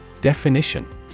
Definition